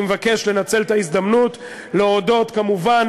אני מבקש לנצל את ההזדמנות להודות, כמובן,